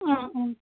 ആ ഉം